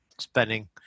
spending